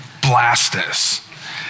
Blastus